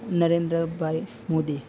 Narendrabhai Modi